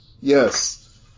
Yes